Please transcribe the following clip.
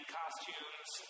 costumes